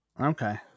Okay